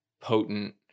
potent